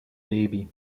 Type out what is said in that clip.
baby